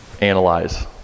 analyze